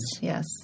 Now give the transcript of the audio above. yes